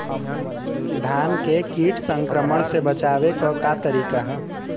धान के कीट संक्रमण से बचावे क का तरीका ह?